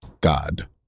God